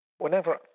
Whenever